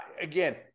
Again